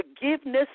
forgiveness